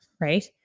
right